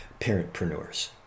parentpreneurs